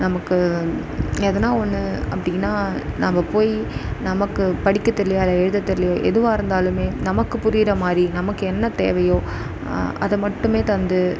நமக்கு எதனால் ஒன்று அப்படினா நம்ம போய் நமக்கு படிக்க தெரியலையா இல்லை எழுத தெரியலையா எதுவாக இருந்தாலுமே நமக்கு புரிகிற மாதிரி நமக்கு என்ன தேவையோ அதை மட்டுமே தந்து